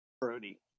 Brody